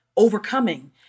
overcoming